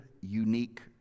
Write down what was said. unique